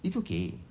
it's okay